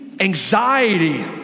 Anxiety